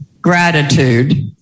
gratitude